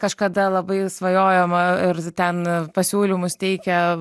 kažkada labai svajojama ir ten pasiūlymus teikia